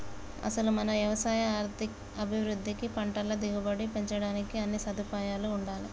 అసలు మన యవసాయ అభివృద్ధికి పంటల దిగుబడి పెంచడానికి అన్నీ సదుపాయాలూ ఉండాలే